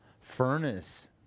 furnace